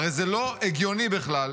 הרי זה לא הגיוני בכלל.